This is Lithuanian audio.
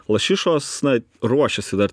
lašišos na ruošiasi dar